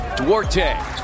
Duarte